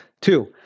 Two